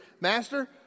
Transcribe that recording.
Master